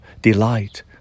delight